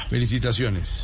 Felicitaciones